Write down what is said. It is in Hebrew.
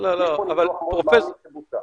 אבל יש פה ניתוח מאוד מעמיק שבוצע.